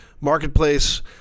Marketplace